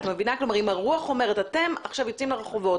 כלומר אם הרוח אומרת: אתם עכשיו יוצאים לרחובות